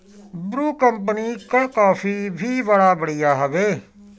Bru company कअ coffee भी बड़ा बढ़िया हवे